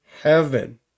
heaven